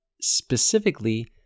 specifically